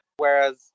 Whereas